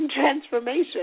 transformation